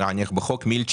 בחוק יש